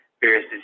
various